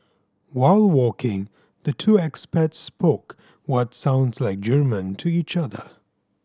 while walking the two expats spoke what sounds like German to each other